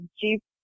Jeep